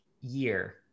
year